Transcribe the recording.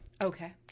Okay